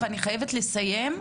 ואני חייבת לסיים,